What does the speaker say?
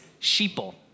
sheeple